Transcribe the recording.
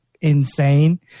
insane